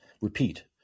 repeat